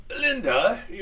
Linda